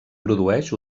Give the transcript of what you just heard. produeix